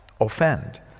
Offend